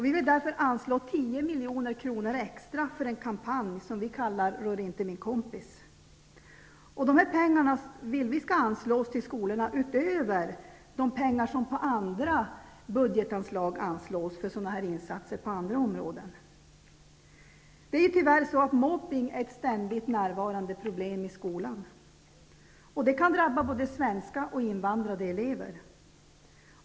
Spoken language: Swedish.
Vi vill därför anslå 10 milj.kr. extra för en kampanj som vi kallar Rör inte min kompis. Vi vill att dessa pengar skall anslås till skolorna utöver de pengar som via andra budgetanslag anslås för sådana insatser på andra områden. Mobbning är tyvärr ett ständigt närvarande problem i skolan. Det kan drabba både svenska och invandrade elever.